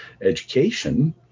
education